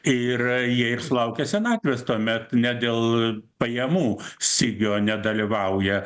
ir jie ir sulaukia senatvės tuomet ne dėl pajamų stygio nedalyvauja